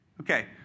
Okay